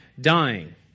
dying